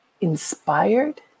inspired